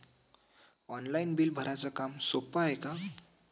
Online bill भराच काम सोपं हाय का?